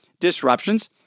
disruptions